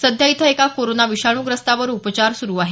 सध्या इथं एका कोरोना विषाणूग्रस्तावर उपचार सुरू आहेत